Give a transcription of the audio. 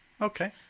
okay